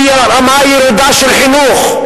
לרמה ירודה של חינוך.